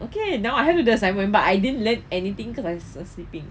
okay now I have to do assignment but I didn't learn anything cause I uh sleeping